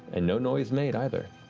and no noise made either.